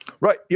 Right